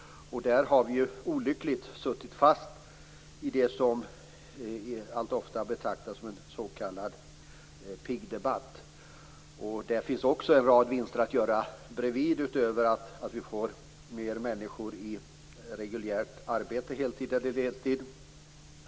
Här har vi olyckligtvis suttit fast i vad som ofta betraktats som en s.k. pigdebatt. Här finns det också en rad vinster att göra utöver att vi får mer människor i reguljärt arbete, heltid eller deltid.